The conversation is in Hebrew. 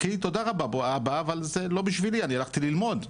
תודה רבה אבא, אבל זה לא בשבילי, אני הלכתי ללמוד.